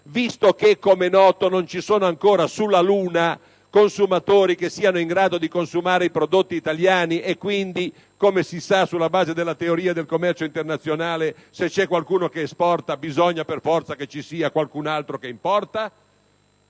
visto che, com'è noto, non ci sono ancora sulla luna compratori che siano in grado di consumare i prodotti italiani, laddove, come si sa sulla base della teoria del commercio internazionale, se c'è qualcuno che esporta bisogna che ci sia qualcun altro che importa?